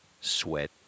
sweat